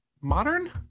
modern